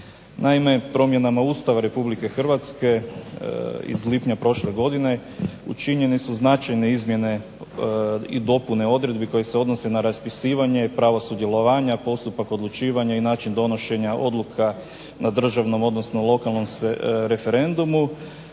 Naime, promjenama Ustava Republike Hrvatske iz lipnja prošle godine učinjene su značajne izmijene i dopune odredbi koje se odnose na raspisivanje, pravo sudjelovanja, postupak odlučivanja i način donošenja odluka na državnom odnosno lokalnom referendumu.